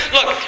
Look